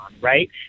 right